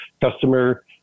customer